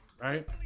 right